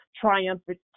Triumphant